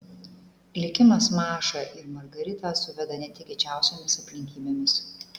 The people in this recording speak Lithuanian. likimas mašą ir margaritą suveda netikėčiausiomis aplinkybėmis